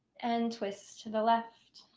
and twist to the left.